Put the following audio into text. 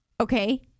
Okay